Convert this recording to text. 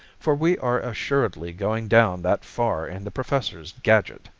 for we are assuredly going down that far in the professor's gadget.